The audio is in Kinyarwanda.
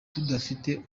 tudafite